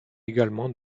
également